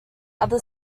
other